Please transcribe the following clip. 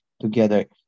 together